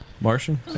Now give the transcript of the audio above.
Martian